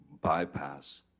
bypass